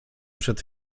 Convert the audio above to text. przed